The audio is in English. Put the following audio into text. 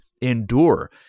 endure